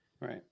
right